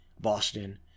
Boston